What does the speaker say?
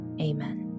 Amen